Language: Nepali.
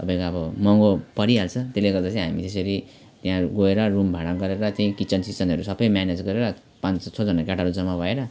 तपाईँको अब महँगो परिहाल्छ त्यसले गर्दा चाहिँ हामी त्यसरी त्यहाँ गएर रुम भाडा गरेर त्यही किचन सिचनहरू सब म्यानेज गरेर पाँच छजना केटाहरू जम्मा भएर